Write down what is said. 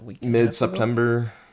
mid-September